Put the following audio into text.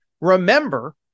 Remember